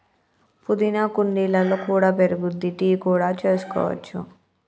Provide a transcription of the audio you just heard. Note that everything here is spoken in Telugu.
పుదీనా కుండీలలో కూడా పెరుగుద్ది, టీ కూడా చేసుకోవచ్చు